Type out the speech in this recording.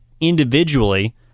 individually